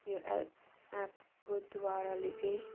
यो एप एपको द्वाराले चाहिँ